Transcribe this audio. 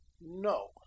No